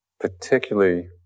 Particularly